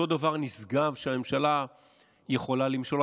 אותו דבר נשגב כדי שהממשלה יכולה למשול.